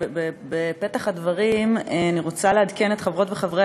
בפתח הדברים אני רוצה לעדכן את חברות וחברי